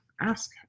ask